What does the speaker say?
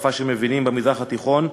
בשפה שמבינים במזרח התיכון.